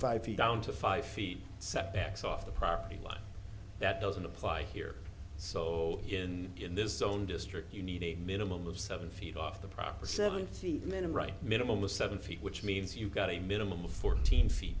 five feet down to five feet setbacks off the property line that doesn't apply here so in this own district you need a minimum of seven feet off the proper seventy men and right minimum of seven feet which means you've got a minimum of fourteen feet